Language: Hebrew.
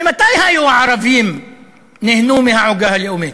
ממתי הערבים נהנו מהעוגה הלאומית?